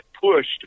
pushed